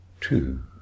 two